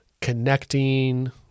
connecting